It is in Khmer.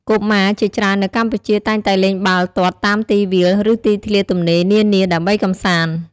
កុមារជាច្រើននៅកម្ពុជាតែងតែលេងបាល់ទាត់តាមទីវាល ឬទីធ្លាទំនេរនានាដើម្បីកម្សាន្ត។